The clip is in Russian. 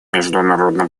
международно